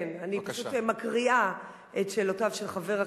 כן, אני פשוט מקריאה את שאלותיו של חבר הכנסת,